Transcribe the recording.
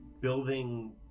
building